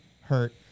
hurt